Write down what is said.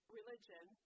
religion